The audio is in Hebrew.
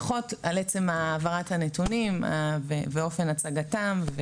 ברכות על עצם העברת הנתונים ואופן הצגתם.